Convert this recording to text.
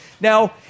Now